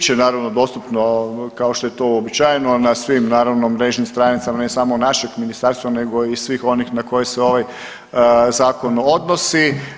Da, bit će naravno dostupno kao što je to uobičajeno na svim naravno mrežnim stranicama ne samo našeg ministarstva nego i svih onih na koji se ovaj zakon odnosi.